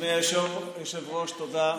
אדוני היושב-ראש, תודה.